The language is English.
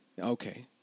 Okay